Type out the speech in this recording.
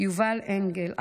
יובל אנגל,